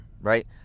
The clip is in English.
right